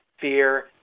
fear